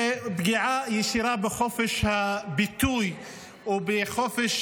הוא פגיעה ישירה בחופש הביטוי ובחופש